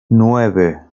nueve